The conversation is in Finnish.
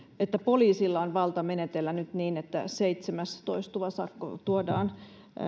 että nyt poliisilla on valta menetellä niin että seitsemäs toistuva sakko tuodaan